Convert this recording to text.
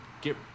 get